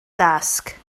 dasg